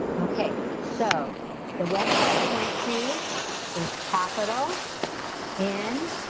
okay, so the website i went to is capital n